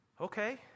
okay